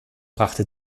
brachte